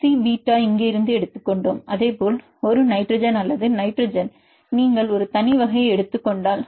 C beta இங்கேயிருந்து எடுத்து கொண்டோம் அதேபோல் ஒரு நைட்ரஜன் அல்லது இந்த நைட்ரஜன் நீங்கள் ஒரு தனி வகையை எடுத்துக் கொண்டால்